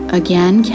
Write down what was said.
again